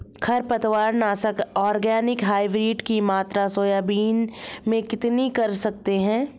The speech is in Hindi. खरपतवार नाशक ऑर्गेनिक हाइब्रिड की मात्रा सोयाबीन में कितनी कर सकते हैं?